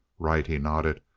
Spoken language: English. right, he nodded.